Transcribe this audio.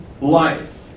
life